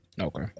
Okay